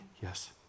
yes